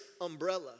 umbrella